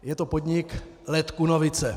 Je to podnik Let Kunovice.